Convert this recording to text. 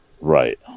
Right